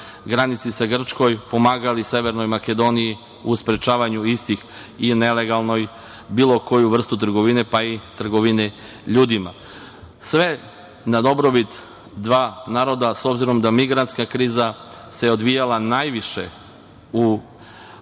granici sa Grčkom, pomagali su Severnoj Makedoniji u sprečavanju istih i nelegalne bilo koje vrste trgovine, pa i ljudima, sve na dobrobit dva naroda, s obzirom da se migrantska kriza odvijala najviše